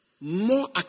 More